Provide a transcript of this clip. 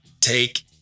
take